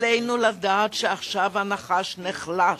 עלינו לדעת שעכשיו הנחש נחלש,